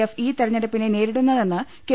F ഈ തെരഞ്ഞെടുപ്പിനെ നേരിടു ന്നതെന്ന് കെ